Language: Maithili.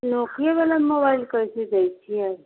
नोकियावला मोबाइल कैसे दैत छियै